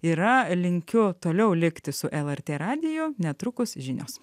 yra linkiu toliau likti su lrt radiju netrukus žinios